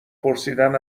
پرسیدن